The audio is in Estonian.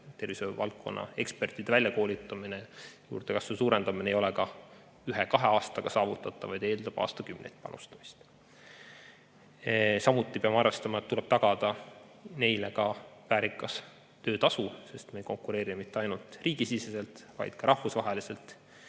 Tervishoiuvaldkonna ekspertide väljakoolitamine ja juurdekasvu suurendamine ei ole ühe-kahe aastaga saavutatav, vaid see eeldab aastakümneid panustamist. Samuti peame arvestama, et tuleb tagada neile väärikas töötasu, sest me ei konkureeri mitte ainult riigi sees, vaid ka rahvusvaheliselt.